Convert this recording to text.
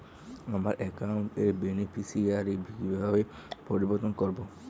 আমার অ্যাকাউন্ট র বেনিফিসিয়ারি কিভাবে পরিবর্তন করবো?